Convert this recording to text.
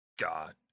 God